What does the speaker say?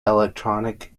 electronic